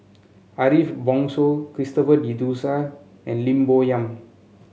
Ariff Bongso Christopher De Souza and Lim Bo Yam